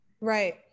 Right